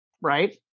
right